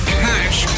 cash